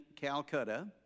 Calcutta